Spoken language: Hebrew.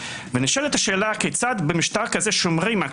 ונשאלת השאלה כיצד במשטר כזה שומרים על